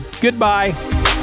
goodbye